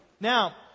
Now